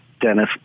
Dennis